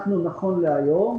נכון להיום,